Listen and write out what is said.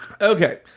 Okay